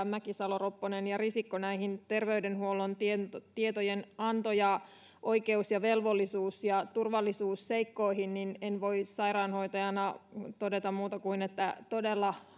mäkisalo ropponen ja risikko menivät näihin terveydenhuollon tietojenanto ja oikeus ja velvollisuus ja turvallisuusseikkoihin niin en voi sairaanhoitajana todeta muuta kuin että todella